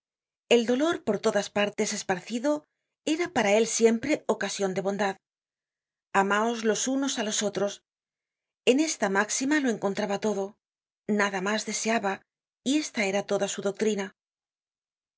el dolor por todas partes esparcido era para él siempre ocasion de bondad amaos los unos á los otros en esta máxima lo encontraba todo nada mas deseaba y esta era toda su doctrina